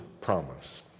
promise